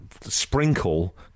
sprinkle